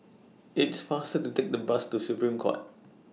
It's faster to Take The Bus to Supreme Court